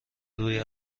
روی